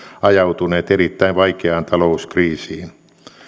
ajautuneet erittäin vaikeaan talouskriisiin